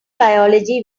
biology